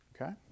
okay